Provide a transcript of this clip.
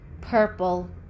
purple